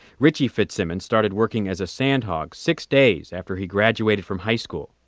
richie fitzsimmons started working as a sandhog six days after he graduated from high school.